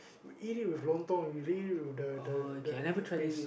eat with lontong you eat it with the the the the paste